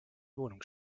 wohnung